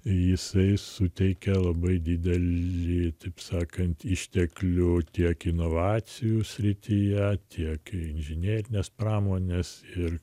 jisai suteikia labai dideli taip sakant išteklius tiek inovacijų srityje tiek inžinerinės pramonės ir